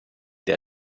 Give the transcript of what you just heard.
der